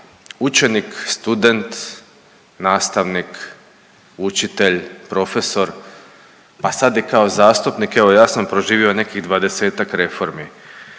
učenik, student, nastavnik, učitelj, profesor pa sad i kao zastupnik evo ja sam proživio nekih dvadesetak reformi